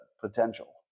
potential